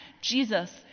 Jesus